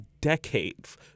decades